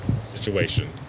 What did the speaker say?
Situation